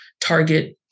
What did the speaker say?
target